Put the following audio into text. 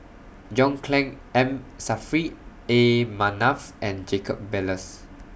John Clang M Saffri A Manaf and Jacob Ballas